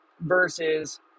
versus